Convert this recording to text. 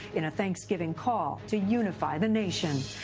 in a thanksgiving call to unify the nation.